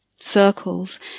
circles